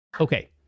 Okay